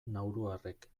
nauruarrek